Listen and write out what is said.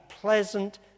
pleasant